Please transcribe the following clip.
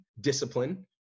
discipline